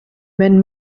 wenn